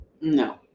No